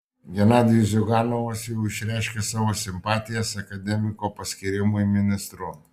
genadijus ziuganovas jau išreiškė savo simpatijas akademiko paskyrimui ministru